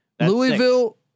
Louisville